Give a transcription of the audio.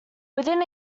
within